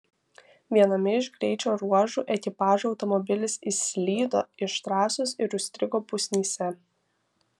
viename iš greičio ruožų ekipažo automobilis išslydo iš trasos ir užstrigo pusnyse